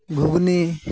ᱜᱷᱩᱜᱽᱱᱤ